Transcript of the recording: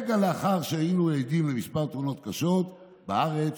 רק לאחר שהיינו עדים למספר תאונות קשות בארץ.